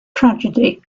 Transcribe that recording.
tragedy